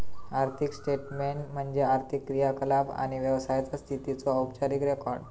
आर्थिक स्टेटमेन्ट म्हणजे आर्थिक क्रियाकलाप आणि व्यवसायाचा स्थितीचो औपचारिक रेकॉर्ड